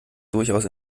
durchaus